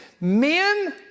men